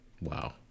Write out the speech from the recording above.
Wow